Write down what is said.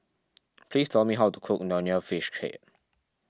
please tell me how to cook Nonya Fish